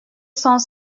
cent